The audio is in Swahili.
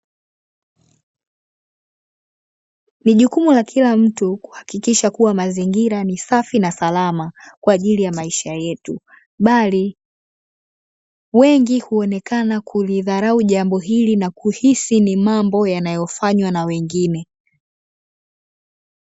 Nijukumu la kilamtu kuhakikisha kuwa mazingira ni safi na salama kwa ajili ya maisha yetu, bali wengi huonekana kulidharau jambo hili na kuhisi ni mambo yanayofanywa na wengine.